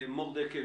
לבטיחות.